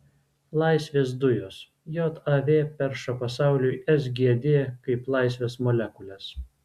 laisvės dujos jav perša pasauliui sgd kaip laisvės molekules